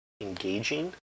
engaging